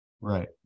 Right